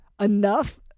enough